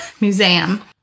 Museum